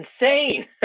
insane